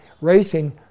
racing